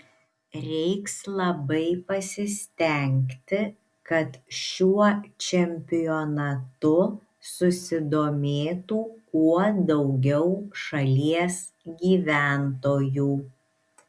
reiks labai pasistengti kad šiuo čempionatu susidomėtų kuo daugiau šalies gyventojų